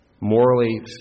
morally